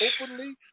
openly